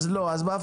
אוקיי,